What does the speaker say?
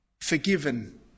forgiven